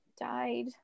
died